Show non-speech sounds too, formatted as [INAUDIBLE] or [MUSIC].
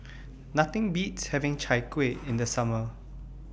Nothing Beats having Chai Kueh [NOISE] in The Summer